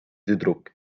tüdruk